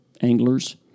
anglers